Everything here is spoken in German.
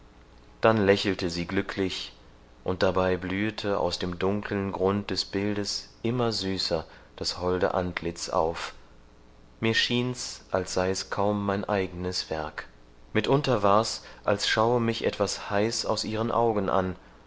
dann lächelte sie glücklich und dabei blühete aus dem dunkeln grund des bildes immer süßer das holde antlitz auf mir schien's als sei es kaum mein eigenes werk mitunter war's als schaue mich etwas heiß aus ihren augen an